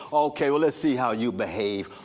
okay, well let's see how you behave